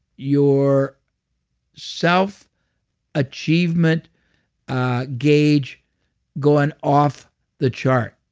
your self achievement ah gauge going off the chart.